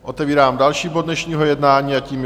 Otvírám další bod dnešního jednání a tím je